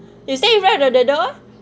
you stay in front of the the door